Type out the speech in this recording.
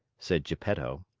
said geppetto.